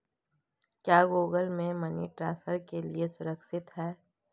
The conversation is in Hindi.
क्या गूगल पे मनी ट्रांसफर के लिए सुरक्षित है?